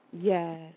Yes